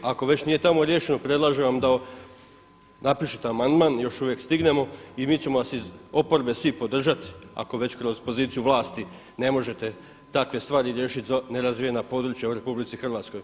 Ako već nije tamo riješeno predlažem vam da napišete amandman, još uvijek stignemo i mi ćemo vas iz oporbe svi podržati ako već kroz poziciju vlasti ne možete takve stvari riješiti za nerazvijena područja u RH.